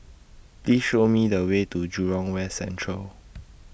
Please Show Me The Way to Jurong West Central